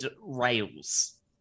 rails